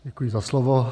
Děkuji za slovo.